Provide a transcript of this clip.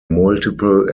multiple